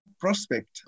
prospect